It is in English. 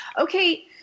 okay